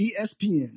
ESPN